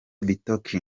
bitok